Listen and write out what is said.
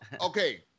okay